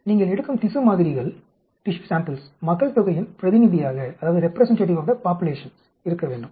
நீங்கள் எடுக்கும் திசு மாதிரிகள் மக்கள்தொகையின் பிரதிநிதியாக இருக்க வேண்டும்